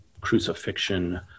crucifixion